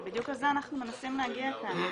בדיוק לזה אנחנו מנסים להגיע כאן.